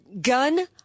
gun